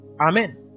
Amen